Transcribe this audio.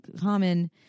common